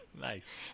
Nice